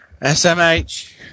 SMH